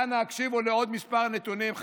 אנא הקשיבו לעוד כמה נתונים,